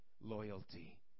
loyalty